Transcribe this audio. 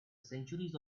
centuries